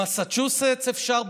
במסצ'וסטס אפשר?